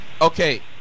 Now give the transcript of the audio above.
okay